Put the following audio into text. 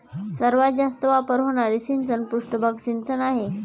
सर्वात जास्त वापर होणारे सिंचन पृष्ठभाग सिंचन आहे